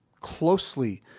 closely